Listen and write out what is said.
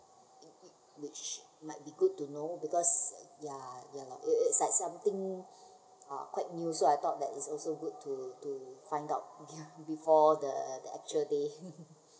whi~ which which might be good to know because ya ya lor it its like something uh quite new so I thought that is also good to to find out before the the actual day